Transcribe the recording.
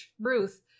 Ruth